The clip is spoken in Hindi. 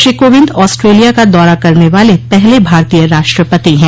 श्री कोविंद आस्ट्रेलिया का दौरा करने वाले पहले भारतीय राष्ट्रपति हैं